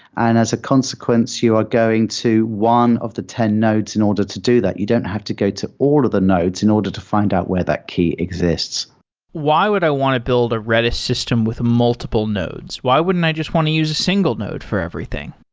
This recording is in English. and as a consequence, you are going to one of the ten nodes in order to do that. you don't have to go to all of the nodes in order to find out where that key exists why would i want to build a redis system with multiple nodes? why wouldn't i just want to use a single node for everything?